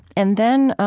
and then